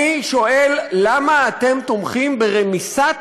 אני שואל למה אתם תומכים ברמיסת